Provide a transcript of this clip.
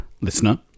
listener